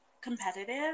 competitive